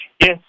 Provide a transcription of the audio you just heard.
Yes